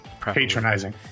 patronizing